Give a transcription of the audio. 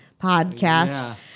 podcast